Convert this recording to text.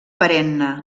perenne